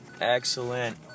Excellent